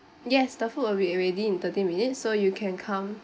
yes the food will be ready in thirty minutes so you can come